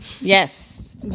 Yes